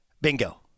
Bingo